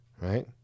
Right